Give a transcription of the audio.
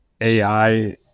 AI